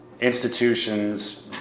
institutions